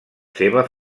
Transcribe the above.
seva